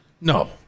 No